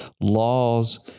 Laws